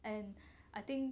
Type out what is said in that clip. and I think